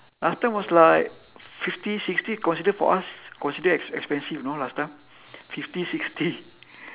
last time was like fifty sixty considered for us considered ex~ expensive you know last time fifty sixty